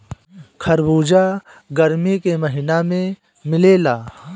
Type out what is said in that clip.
खरबूजा गरमी के महिना में मिलेला